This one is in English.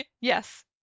yes